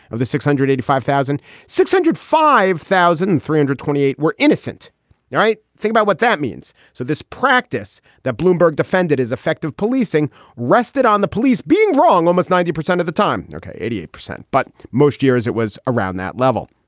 of the six hundred eighty five thousand six hundred five thousand three hundred twenty eight were innocent. all right. think about what that means. so this practice that bloomberg defended is effective. policing rested on the police being wrong almost ninety percent of the time. and eighty eight percent. but most years it was around that level.